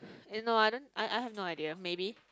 eh no I don't I I have no idea maybe